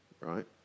right